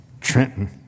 Trenton